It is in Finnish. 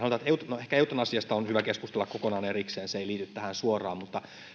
no ehkä eutanasiasta on hyvä keskustella kokonaan erikseen se ei liity tähän suoraan mutta